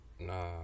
Nah